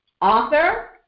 author